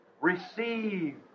Receive